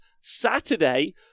Saturday